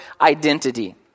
identity